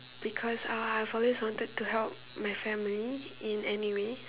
because I've always wanted to help my family in any way